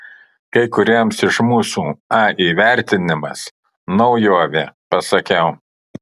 kai kuriems iš mūsų a įvertinimas naujovė pasakiau